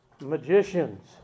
magicians